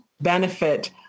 benefit